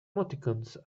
emoticons